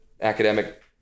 academic